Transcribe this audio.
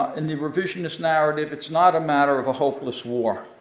in the revisionist narrative, it's not a matter of a hopeless war,